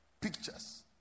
pictures